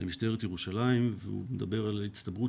למשטרת ירושלים והוא מדבר על הצטברות